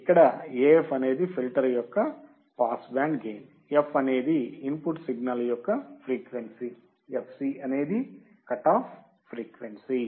ఇక్కడ AF అనేది filter యొక్క పాస్ బ్యాండ్ గెయిన్ f అనేది ఇన్పుట్ సిగ్నల్ యొక్క ఫ్రీక్వెన్సీ fc అనేది కటాఫ్ ఫ్రీక్వెన్సీ